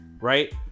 right